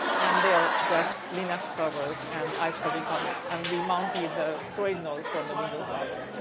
and they are just linux servers and iscsi targets. and we mounted the storage nodes from the windows server.